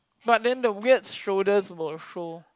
but then the weird shoulders will show